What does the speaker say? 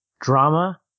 drama